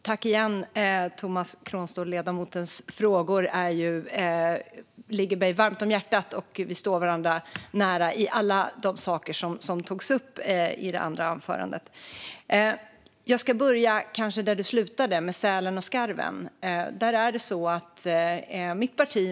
Fru talman! Ledamotens frågor ligger mig varmt om hjärtat, och vi står varandra nära i allt det som ledamoten tog upp. Jag ska börja i slutet, med sälen och skarven.